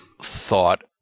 thought